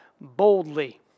boldly